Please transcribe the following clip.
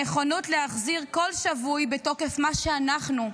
הנכונות להחזיר כל שבוי בתוקף מה שאנחנו,